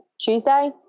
Tuesday